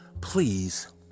Please